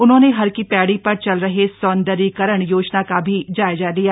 उन्होंने हर की पैड़ी पर चल रहे सौंदर्यीकरण योजना का भी जायजा लिया